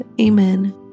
Amen